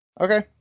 Okay